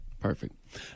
Perfect